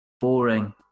boring